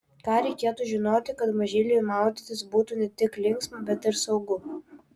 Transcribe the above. ką reikėtų žinoti kad mažyliui maudytis būtų ne tik linksma bet ir saugu